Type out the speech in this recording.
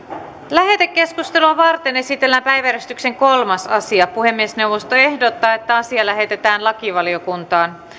lähetekeskustelua varten esitellään päiväjärjestyksen kolmas asia puhemiesneuvosto ehdottaa että asia lähetetään lakivaliokuntaan